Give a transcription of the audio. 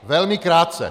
Velmi krátce!